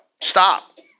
Stop